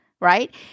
right